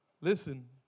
Listen